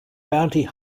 bounty